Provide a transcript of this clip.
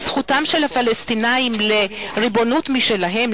וזכותם של הפלסטינים לריבונות משלהם,